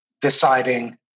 deciding